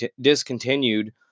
discontinued